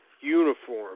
uniform